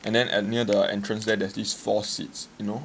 and then at near the entrance there there's these four seats you know